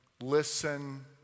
listen